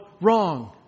wrong